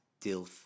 DILF